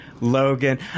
Logan